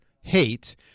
hate